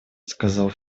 сказал